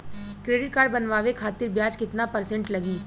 Credit card बनवाने खातिर ब्याज कितना परसेंट लगी?